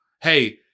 Hey